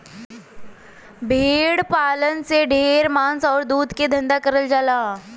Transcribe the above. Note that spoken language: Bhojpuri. भेड़ पालन से ढेर मांस आउर दूध के धंधा करल जाला